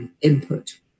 Input